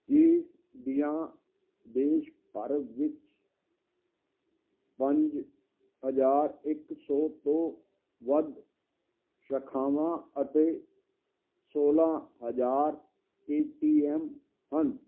Chase ਦੀਆਂ ਦੇਸ਼ ਭਰ ਵਿੱਚ ਪੰਜ ਹਜ਼ਾਰ ਇੱਕ ਸੌ ਤੋਂ ਵੱਧ ਸ਼ਾਖਾਵਾਂ ਅਤੇ ਸੌਲਾਂ ਹਜ਼ਾਰ ਏ ਟੀ ਐੱਮ ਹਨ